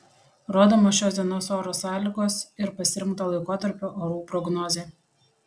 rodomos šios dienos oro sąlygos ir pasirinkto laikotarpio orų prognozė